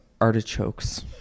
artichokes